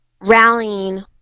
rallying